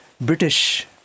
British